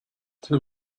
till